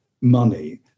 money